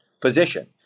position